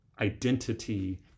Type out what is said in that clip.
identity